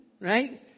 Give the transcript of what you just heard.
right